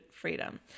freedom